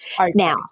now